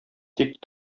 тик